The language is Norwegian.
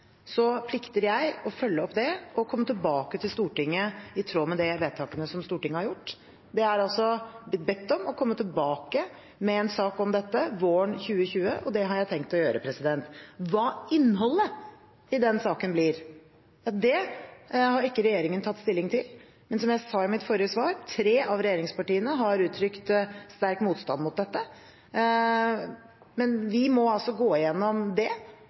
så plikter jeg å følge opp det og komme tilbake til Stortinget, i tråd med det vedtaket som Stortinget har gjort. Jeg har blitt bedt om å komme tilbake med en sak om dette våren 2020, og det har jeg tenkt å gjøre. Hva innholdet i den saken blir, har ikke regjeringen tatt stilling til, men som jeg sa i mitt forrige svar: Tre av regjeringspartiene har uttrykt sterk motstand mot dette. Men vi må altså gå igjennom det